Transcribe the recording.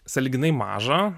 sąlyginai mažą